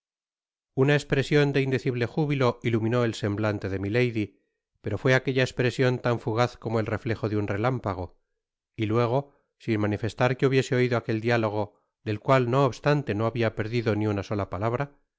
una espresion de indecible júbilo iluminó el semblante de milady pero fué aquella espresion tan fugaz como el reflejo de un relámpago y luego sin manifestar que hubiese oido aquel diálogo det cuat no obstante no habia perdido ni una sola palabra